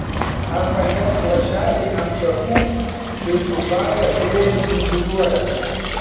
ar vandens lašeliai ant šakų kai sušalę vėjuj spinduliuoja